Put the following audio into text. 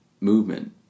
movement